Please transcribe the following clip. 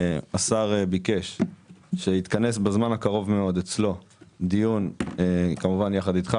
השר ביקש לכנס בזמן הקרוב אצלו דיון יחד איתך,